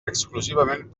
exclusivament